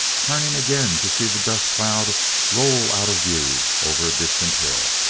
turning again to see the dust-cloud roll out of view over a distant hill.